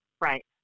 Right